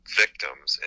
victims